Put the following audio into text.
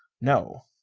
no.